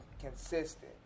consistent